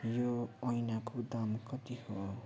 यो ऐनाको दाम कति हो